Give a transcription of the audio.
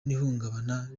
n’ihungabana